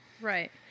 Right